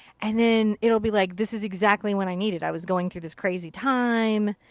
and then, it'll be like, this is exactly what i needed. i was going through this crazy time,